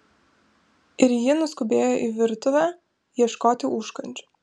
ir ji nuskubėjo į virtuvę ieškoti užkandžių